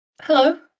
hello